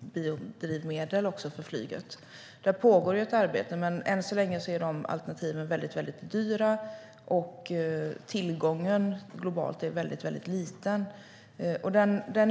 biodrivmedel för flyget. Det pågår ett arbete, men än så länge är alternativen mycket dyra, och tillgången globalt är mycket liten.